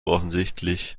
offensichtlich